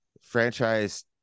franchise